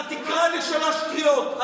אתה תקרא לי שלוש קריאות.